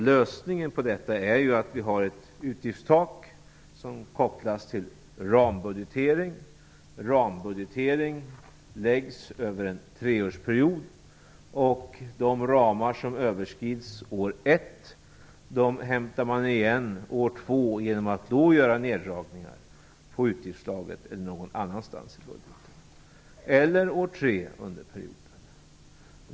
Lösningen på detta är att vi har ett utgiftstak som kopplas till rambudgetering. Rambudgetering läggs över en treårsperiod, och de ramar som överskrids år 1 hämtar man igen år 2 genom att då göra neddragningar på utgiftsslaget eller någon annanstans i budgeten eller år 3 under perioden.